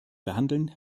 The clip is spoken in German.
behandeln